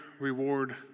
Reward